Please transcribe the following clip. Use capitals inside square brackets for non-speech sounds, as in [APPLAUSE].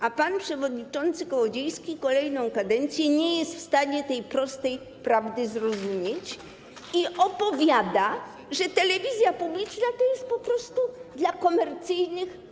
A pan przewodniczący Kołodziejski przez kolejną kadencję nie jest w stanie tej prostej prawdy zrozumieć [APPLAUSE] i opowiada, że telewizja publiczna to jest po prostu równoważnik dla tych komercyjnych.